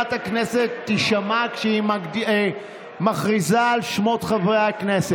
שמזכירת הכנסת תישמע כשהיא מכריזה על שמות חברי הכנסת.